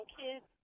kids